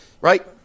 Right